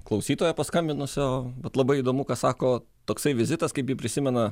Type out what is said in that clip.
klausytojo paskambinusio bet labai įdomu ką sako toksai vizitas kaip jį prisimena